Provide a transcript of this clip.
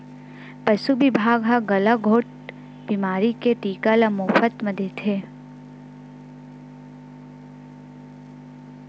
पसु बिभाग ह गलाघोंट बेमारी के टीका ल मोफत म देथे